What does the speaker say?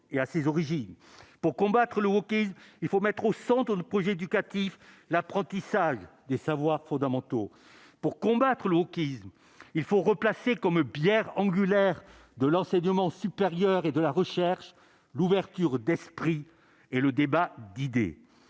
pour combattre le il faut mettre au centre le projet éducatif, l'apprentissage des savoirs fondamentaux pour combattre le wokisme il faut replacer, comme Pierre angulaire de l'enseignement supérieur et de la recherche, l'ouverture d'esprit et le débat d'idées